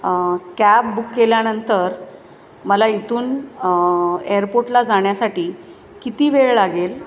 cab book केल्यानंतर मला इथून एअरपोर्टला जाण्यासाठी किती वेळ लागेल